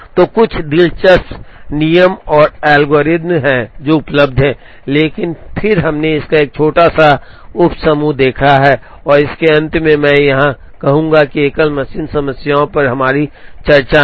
तो कुछ दिलचस्प नियम और एल्गोरिदम हैं जो उपलब्ध हैं लेकिन फिर हमने इसका एक छोटा सा उप समूह देखा है और इसके अंत में मैं यहां यह कहूंगा कि एकल मशीन समस्याओं पर हमारी चर्चा में